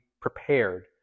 prepared